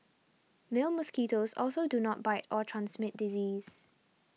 male mosquitoes also do not bite or transmit disease